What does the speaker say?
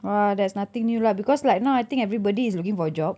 !wah! that's nothing new lah because like now I think everybody is looking for a job